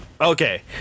Okay